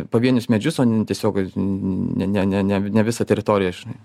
pavienius medžius o ne tiesiog ne ne ne ne visą teritoriją žinai